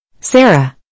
Sarah